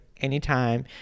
anytime